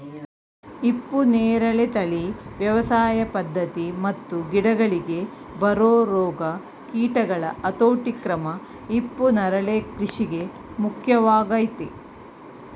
ಹಿಪ್ಪುನೇರಳೆ ತಳಿ ವ್ಯವಸಾಯ ಪದ್ಧತಿ ಮತ್ತು ಗಿಡಗಳಿಗೆ ಬರೊ ರೋಗ ಕೀಟಗಳ ಹತೋಟಿಕ್ರಮ ಹಿಪ್ಪುನರಳೆ ಕೃಷಿಗೆ ಮುಖ್ಯವಾಗಯ್ತೆ